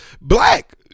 Black